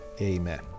Amen